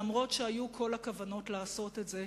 אף שהיו כל הכוונות לעשות את זה,